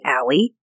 Alley